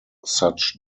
such